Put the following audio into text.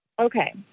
Okay